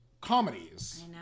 comedies